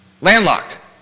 Landlocked